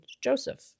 Joseph